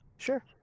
sure